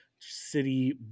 city